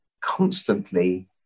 constantly